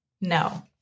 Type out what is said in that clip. no